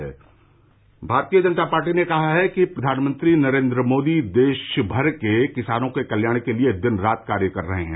स स स भारतीय जनता पार्टी ने कहा है कि फ्र्वानमंत्री नरेन्द्र मोदी देशमर के किसानों के कल्याण के लिए दिनरात कार्य कर रहे हैं